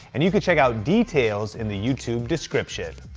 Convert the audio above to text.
and you can check out details in the youtube description.